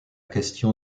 question